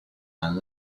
man